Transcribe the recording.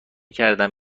کردن